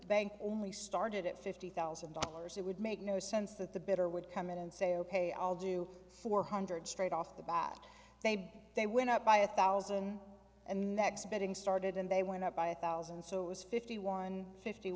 bank only started at fifty thousand dollars it would make no sense that the better would come in and say ok i'll do four hundred straight off the bat they they went up by a thousand and next betting started and they went up by a thousand so it was fifty one fifty